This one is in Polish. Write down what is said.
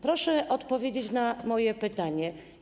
Proszę odpowiedzieć na moje pytanie.